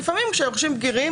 ולפעמים כשהיורשים בגירים,